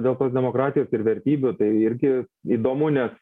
dėl tos demokratijos ir vertybių tai irgi įdomu nes